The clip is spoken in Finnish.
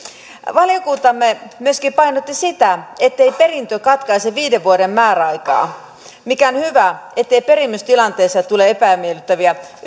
valiokuntamme myöskin painotti sitä ettei perintö katkaise viiden vuoden määräaikaa mikä on hyvä ettei perimistilanteessa tule epämiellyttäviä